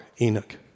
Enoch